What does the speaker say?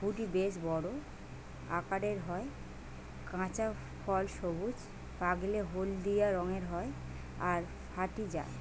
ফুটি বেশ বড় আকারের হয়, কাঁচা ফল সবুজ, পাকলে হলদিয়া রঙের হয় আর ফাটি যায়